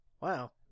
Wow